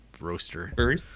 roaster